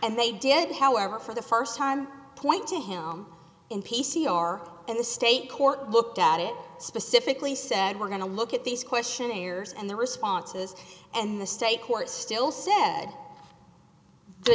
and they did however for the first time point to him in p c r and the state court looked at it specifically said we're going to look at these questionnaires and the responses and the state court still said the